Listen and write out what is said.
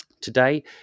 Today